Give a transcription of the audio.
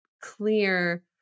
clear